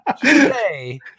today